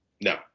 No